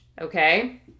Okay